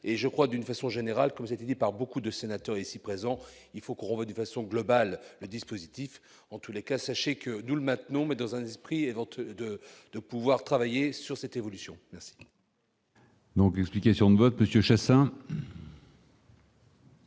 et je crois d'une façon générale, départ beaucoup de sénateurs, ici présent, il faut qu'on veut de façon globale le dispositif en tous les cas, sachez que nous le maintenons mais dans un esprit vente de de pouvoir travailler sur cette évolution. Donc l'explication de vote Monsieur